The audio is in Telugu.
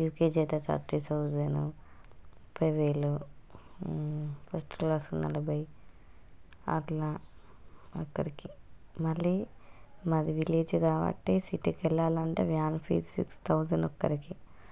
యూకేజీ అయితే థర్టీ థౌజండ్ ముప్పై వేలు ఫస్ట్ క్లాస్ నలభై అలా ఒక్కరికి మళ్ళీ మాది విలేజ్ కాబట్టి సిటీకి వెళ్ళాలి అంటే వ్యాన్ ఫీజు సిక్స్ థౌజండ్ ఒకరికి